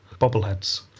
bobbleheads